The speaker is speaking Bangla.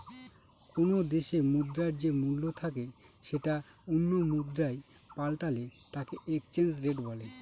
কোনো দেশে মুদ্রার যে মূল্য থাকে সেটা অন্য মুদ্রায় পাল্টালে তাকে এক্সচেঞ্জ রেট বলে